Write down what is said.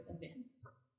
events